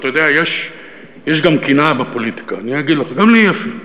אתה יודע, יש גם קנאה בפוליטיקה, גם לי אפילו.